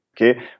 Okay